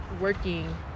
working